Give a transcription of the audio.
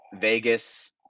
Vegas